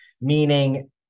meaning